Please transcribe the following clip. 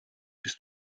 bist